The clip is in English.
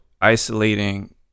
isolating